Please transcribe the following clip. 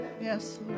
Yes